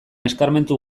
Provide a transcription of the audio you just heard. eskarmentu